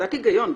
קצת היגיון.